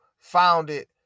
founded